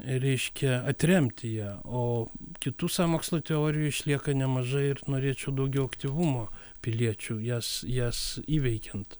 reiškia atremti ją o kitų sąmokslo teorijų išlieka nemažai ir norėčiau daugiau aktyvumo piliečių jas jas įveikiant